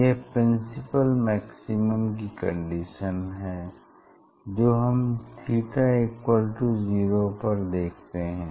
यह principal maximum की condition है जो हम थीटा इक्वल तो जीरो पर देखते हैं